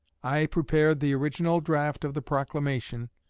i prepared the original draft of the proclamation,